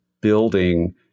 building